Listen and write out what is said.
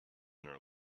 their